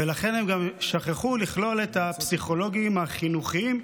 ולכן הם גם שכחו לכלול את הפסיכולוגים החינוכיים,